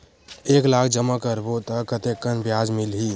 एक लाख जमा करबो त कतेकन ब्याज मिलही?